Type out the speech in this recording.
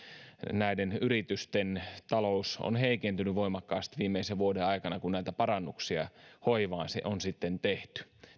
yritysten talous on heikentynyt voimakkaasti viimeisen vuoden aikana kun parannuksia hoivaan on tehty